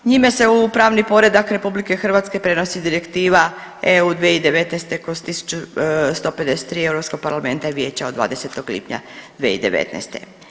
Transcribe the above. Njime se u pravni poredak RH prenosi Direktiva EU 2019/1153 Europskog parlamenta i vijeća od 20. lipnja 2019.